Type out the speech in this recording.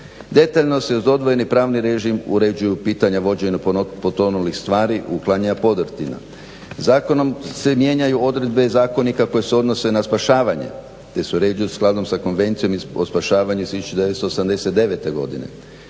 Detaljno se uz odvojeni pravni režim uređuju pitanja vođenja potonulih stvari, uklanja podrtina. Zakonom se mijenjaju odredbe zakonika koje se odnose na spašavanje te se uređuje sa skladom sa Konvencijom o spašavanju iz 1989.godine.